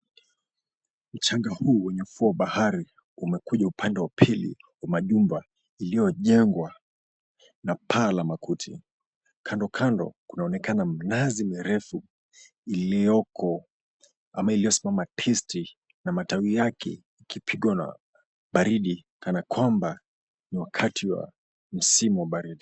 Mchanga huu wenye ufuo wa bahari umekuja upande wa pili kwa majumba iliyojengwa na paa la makuti. Kando kando kunaonekana mnazi mirefu iliyoko ama iliyosimama tisti na matawi yake ikipigwa na baridi kana kwamba ni wakati wa msimu wa baridi.